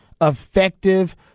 effective